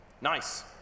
Nice